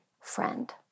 friend